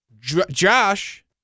Josh